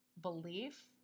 belief